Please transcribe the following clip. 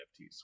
NFTs